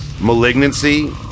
Malignancy